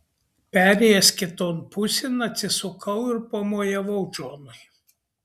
perėjęs kiton pusėn atsisukau ir pamojavau džonui